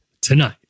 tonight